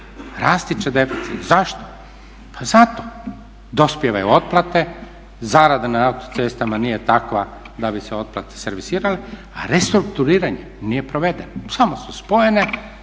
rasti će deficiti. Zašto? Pa zato, dospijevaju otplate, zarada na autocestama nije takva da bi se otplate servisirale a restrukturiranje nije provedeno, samo su spojene